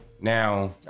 Now